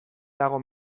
dago